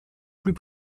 plus